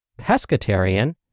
pescatarian